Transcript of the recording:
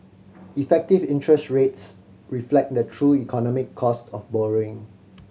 effective interest rates reflect the true economic cost of borrowing